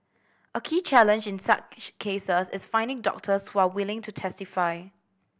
a key challenge in such cases is finding doctors who are willing to testify